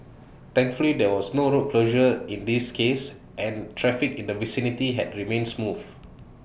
thankfully there was no road closure in this case and traffic in the vicinity has remained smooth